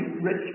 rich